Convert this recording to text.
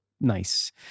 nice